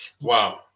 Wow